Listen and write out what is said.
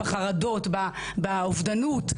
עלייה בחרדות, באובדנות.